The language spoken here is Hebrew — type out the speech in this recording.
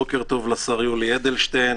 בוקר טוב לשר יולי אדלשטיין.